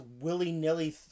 willy-nilly